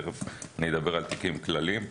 תכף אדבר על תיקים כלליים.